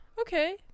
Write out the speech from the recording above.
Okay